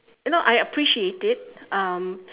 you know I appreciate it um